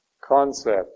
concept